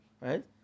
right